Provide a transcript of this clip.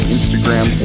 Instagram